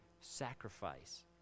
sacrifice